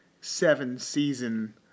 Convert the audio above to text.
seven-season